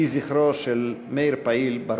יהי זכרו של מאיר פעיל ברוך.